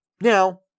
Now